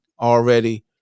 already